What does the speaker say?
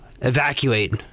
evacuate